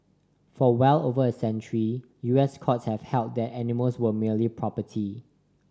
for well over a century U S courts have held that animals were merely property